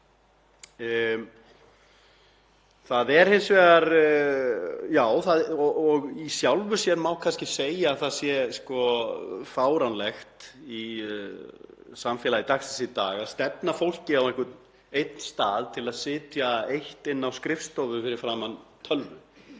sinni. Hins vegar má í sjálfu sér kannski segja að það sé fáránlegt í samfélagi dagsins í dag að stefna fólki á einhvern einn stað til að sitja eitt inni á skrifstofu fyrir framan tölvu.